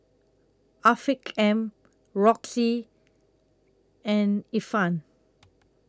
Afiq M Roxy and Ifan